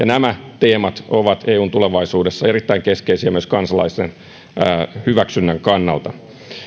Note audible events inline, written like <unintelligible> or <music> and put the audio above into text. <unintelligible> nämä teemat ovat eun tulevaisuudessa erittäin keskeisiä myös kansalaisten hyväksynnän kannalta